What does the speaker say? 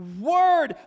word